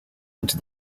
into